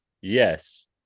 yes